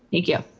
thank you.